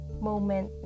moment